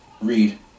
read